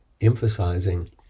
emphasizing